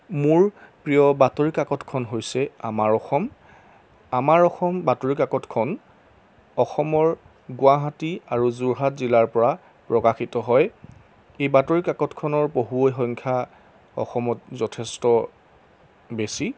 মোৰ প্ৰিয় বাতৰিকাকতখন হৈছে আমাৰ অসম আমাৰ অসম বাতৰিকাকতখন অসমৰ গুৱাহাটী আৰু যোৰহাট জিলাৰপৰা প্ৰকাশিত হয় এই বাতৰি কাকতখনৰ পঢ়ুৱৈ সংখ্যা অসমত যথেষ্ট বেছি